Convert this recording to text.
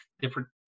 different